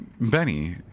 Benny